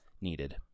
needed